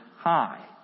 High